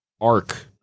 arc